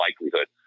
likelihood